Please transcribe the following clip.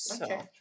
Okay